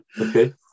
Okay